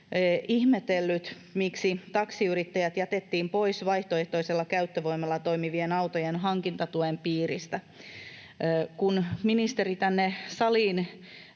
ihmetellyt, miksi taksiyrittäjät jätettiin pois vaihtoehtoisella käyttövoimalla toimivien autojen hankintatuen piiristä. Kun ministeri tänne saliin